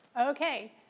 Okay